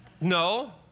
No